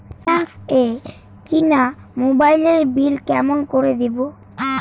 Finance এ কিনা মোবাইলের বিল কেমন করে দিবো?